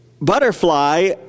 butterfly